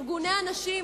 ארגוני הנשים,